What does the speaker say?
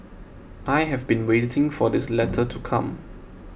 I have been waiting for this letter to come